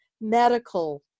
medical